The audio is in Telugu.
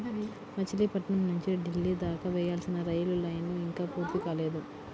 మచిలీపట్నం నుంచి ఢిల్లీ దాకా వేయాల్సిన రైలు లైను ఇంకా పూర్తి కాలేదు